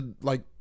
like-